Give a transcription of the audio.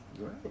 Right